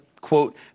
quote